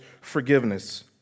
forgiveness